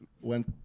went